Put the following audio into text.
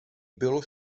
bylo